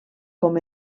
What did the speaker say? com